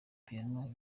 piano